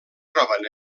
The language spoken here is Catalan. troben